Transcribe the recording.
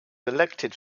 elected